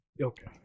okay